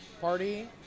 party